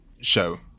show